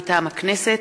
מטעם הכנסת: